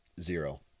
Zero